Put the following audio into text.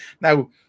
now